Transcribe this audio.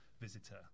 visitor